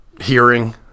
hearing